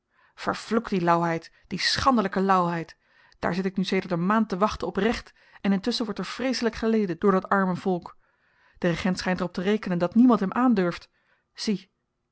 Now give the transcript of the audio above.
vervloekt die lauwheid die schandelyke lauwheid daar zit ik nu sedert een maand te wachten op recht en intusschen wordt er vreeselyk geleden door dat arme volk de regent schynt er op te rekenen dat niemand hem aandurft zie